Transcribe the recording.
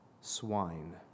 swine